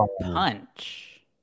punch